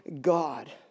God